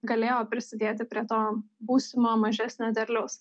galėjo prisidėti prie to būsimo mažesnio derliaus